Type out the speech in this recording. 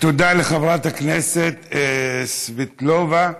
תודה לחברת הכנסת סבטלובה.